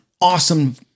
awesome